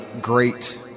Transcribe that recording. great